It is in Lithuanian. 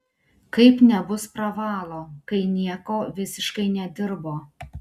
kaip nebus pravalo kai nieko visiškai nedirbo